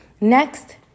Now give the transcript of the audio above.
Next